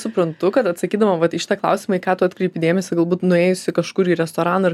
suprantu kad atsakydama vat į šitą klausimą į ką tu atkreipi dėmesį galbūt nuėjusi kažkur į restoraną ir